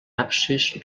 absis